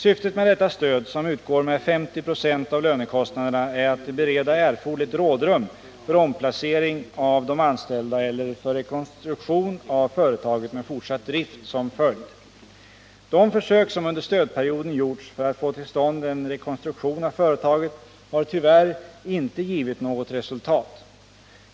Syftet med detta stöd, som utgår med 50 96 av lönekostnaderna, är att bereda erforderligt rådrum för omplacering av de anställda eller för rekonstruktion av företaget med fortsatt drift som följd. De försök som under stödperioden gjorts för att få till stånd en rekonstruktion av företaget har tyvärr inte givit något resultat.